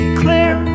clear